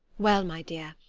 well, my dear,